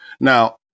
Now